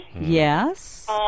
Yes